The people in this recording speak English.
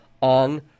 on